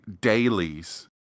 dailies